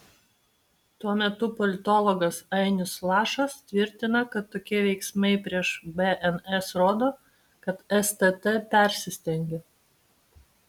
tuo metu politologas ainius lašas tvirtina kad tokie veiksmai prieš bns rodo kad stt persistengė